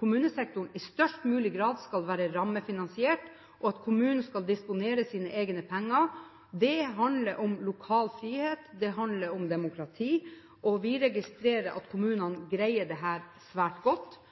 kommunesektoren i størst mulig grad skal være rammefinansiert, og at kommunen skal disponere sine egne penger. Det handler om lokal frihet, det handler om demokrati. Vi registrerer at kommunene greier dette svært godt.